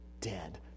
dead